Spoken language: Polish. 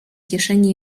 kieszeni